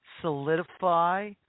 solidify